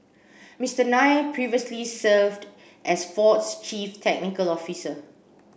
Mister Nair previously served as Ford's chief technical officer